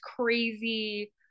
crazy